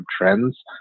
trends